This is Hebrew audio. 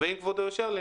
ואם כבודו יאשר לי,